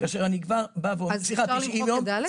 כאשר אני כבר בא ואומר --- אפשר למחוק את (ד).